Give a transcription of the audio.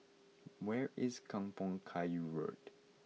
where is Kampong Kayu Road